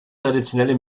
traditionelle